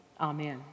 Amen